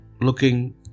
looking